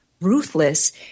ruthless